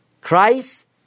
Christ